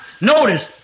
notice